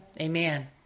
Amen